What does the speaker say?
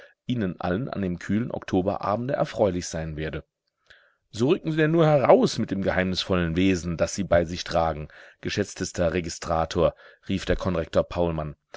ihnen allen an dem kühlen oktober abende erfreulich sein werde so rücken sie denn nur heraus mit dem geheimnisvollen wesen das sie bei sich tragen geschätztester registrator rief der konrektor paulmann